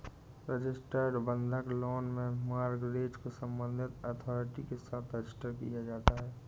registered बंधक loan में mortgage को संबंधित अथॉरिटी के साथ रजिस्टर किया जाता है